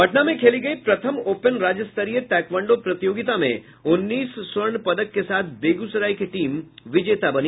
पटना में खेली गयी प्रथम ओपन राज्य स्तरीय ताइक्वांडों प्रतियोगिता में उन्नीस स्वर्ण पदक के साथ बेगूसराय की टीम विजेता बनी